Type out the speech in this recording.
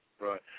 Right